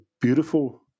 beautiful